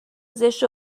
زشت